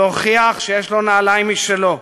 והוכיח שיש לו נעליים משלו.